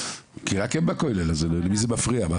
אז למי זה מפריע?